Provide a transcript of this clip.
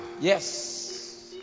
Yes